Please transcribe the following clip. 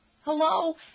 Hello